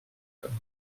comme